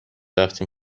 رفتیم